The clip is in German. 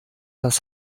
das